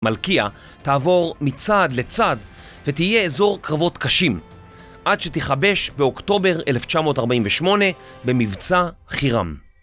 מלכייה תעבור מצד לצד ותהיה אזור קרבות קשים עד שתכבש באוקטובר 1948 במבצע חירם